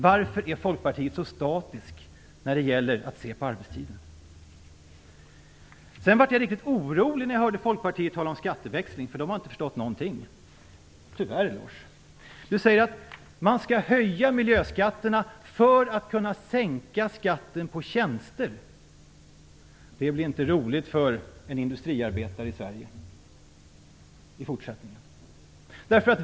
Varför ser Folkpartiet så statiskt på arbetstiden? När jag sedan hörde Folkpartiets företrädare tala om skatteväxling blev jag riktigt orolig. Folkpartiet har inte förstått någonting - tyvärr! Lars Leijonborg säger att man skall höja miljöskatterna för att kunna sänka skatten på tjänster. Det blir inte roligt för en industriarbetare i Sverige!